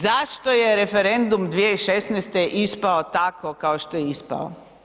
Zašto je referendum 2016. ispao tako kao što je ispao?